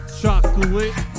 chocolate